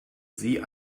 sie